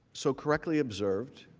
so correctly observed,